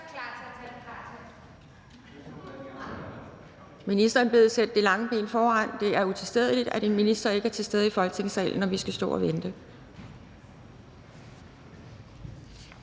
Ministeren bedes sætte det lange ben foran. Det er utilstedeligt, at en minister ikke er til stede i Folketingssalen, og at vi skal stå og vente.